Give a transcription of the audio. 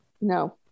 no